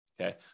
okay